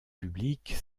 publiques